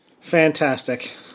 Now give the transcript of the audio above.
Fantastic